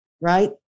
right